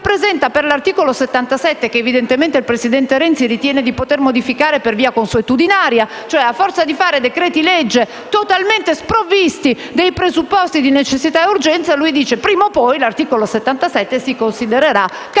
previste dall'articolo 77 che, evidentemente, il presidente Renzi ritiene di poter modificare per via consuetudinaria. A forza di fare decreti-legge totalmente sprovvisti dei presupposti di necessità ed urgenza, pensa che prima o poi l'articolo 77 si considererà cambiato